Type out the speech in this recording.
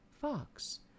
Fox